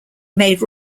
made